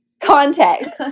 context